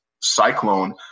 cyclone